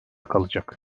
kalacak